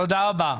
תודה רבה.